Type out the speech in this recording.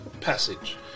passage